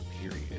period